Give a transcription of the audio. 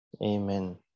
Amen